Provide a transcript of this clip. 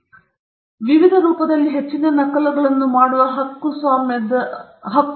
ಆದ್ದರಿಂದ ವಿವಿಧ ರೂಪಗಳಲ್ಲಿ ಹೆಚ್ಚಿನ ನಕಲುಗಳನ್ನು ಮಾಡುವ ಹಕ್ಕುಸ್ವಾಮ್ಯದ ವಿಶೇಷ ಹಕ್ಕು